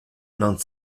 non